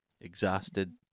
exhausted